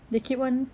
they keep on